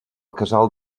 casal